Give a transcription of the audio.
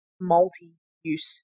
multi-use